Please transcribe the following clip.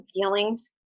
feelings